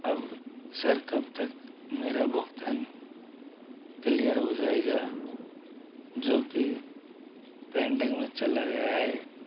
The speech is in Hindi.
अब सर कब तक मेरा भुगतान किलियर हो जाएगा जो कि पेन्डिंग में चला गया है